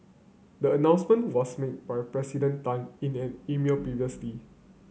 the announcement was made by President Tan in an email previously